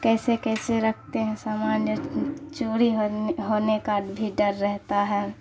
کیسے کیسے رکھتے ہیں سامان چوری ہونے ہونے کا بھی ڈر رہتا ہے